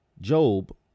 Job